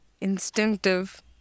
Instinctive